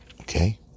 Okay